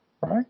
Right